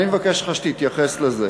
אבל אני מבקש ממך שתתייחס לזה.